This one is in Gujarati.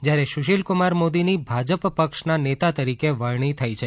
જ્યારે સુશીલ કુમાર મોદીની ભાજપ પક્ષના નેતા તરીકે વરણી થઇ છે